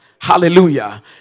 Hallelujah